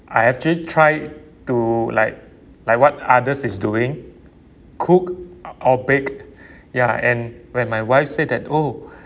I actually try to like like what others is doing cook or bake ya and when my wife said that oh